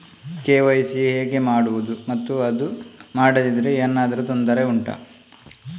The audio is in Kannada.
ಈ ಕೆ.ವೈ.ಸಿ ಹೇಗೆ ಮಾಡುವುದು ಮತ್ತು ಅದು ಮಾಡದಿದ್ದರೆ ಏನಾದರೂ ತೊಂದರೆ ಉಂಟಾ